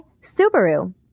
Subaru